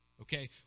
okay